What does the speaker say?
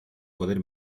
poder